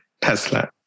Tesla